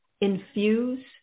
infuse